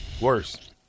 Worse